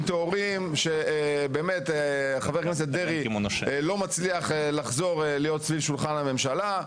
טהורים שבאמת חבר הכנסת דרעי לא מצליח לחזור להיות סביב שולחן הממשלה,